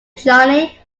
johnny